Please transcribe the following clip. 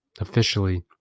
officially